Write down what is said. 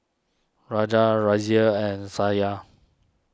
Raja Razia and Satya